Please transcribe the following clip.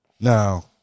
Now